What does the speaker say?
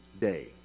day